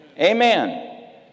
Amen